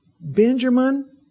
Benjamin